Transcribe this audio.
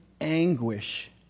anguish